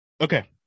Okay